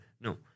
No